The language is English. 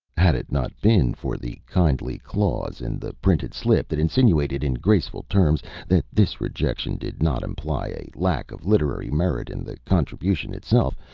had it not been for the kindly clause in the printed slip that insinuated in graceful terms that this rejection did not imply lack of literary merit in the contribution itself,